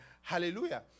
hallelujah